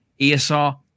ESR